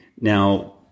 Now